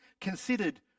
considered